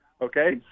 Okay